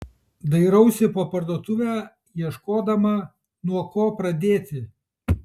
dairausi po parduotuvę ieškodama nuo ko pradėti